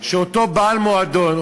שאותו בעל מועדון,